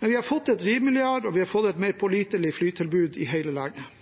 Vi har fått et rimeligere og mer pålitelig flytilbud i hele landet.